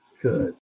good